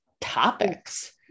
topics